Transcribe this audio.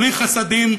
בלי חסדים,